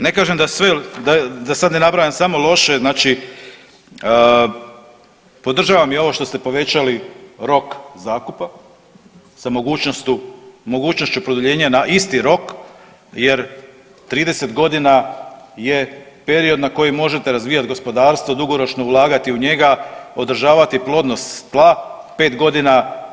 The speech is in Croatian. Ne kažem da sve da sad ne nabrajam samo loše znači podržavam i ovo što ste povećali rok zakupa sa mogućnošću produljenja na isti rok jer 30 godina je period na koji možete razvijati gospodarstvo, dugoročno ulagati u njega, održavati plodnost tla pet godina.